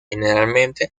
generalmente